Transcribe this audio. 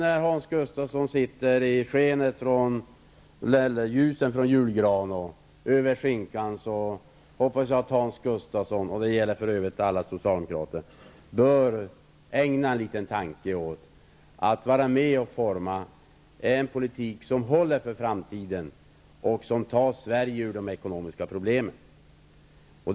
När Hans Gustafsson sitter i skenet från julgransljusen och äter skinka, hoppas jag att han -- och det gäller för övrigt alla socialdemokrater -- ägnar en liten tanke åt hur man skall vara med och forma en politik som håller för framtiden och som tar Sverige ur dess ekonomiska problem.